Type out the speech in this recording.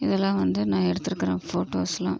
இதலாம் வந்து நான் எடுத்துருக்கிறேன் ஃபோட்டோஸ்லாம்